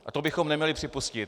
A to bychom neměli připustit.